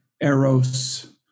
eros